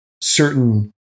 certain